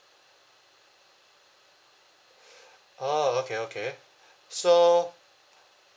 oh okay okay so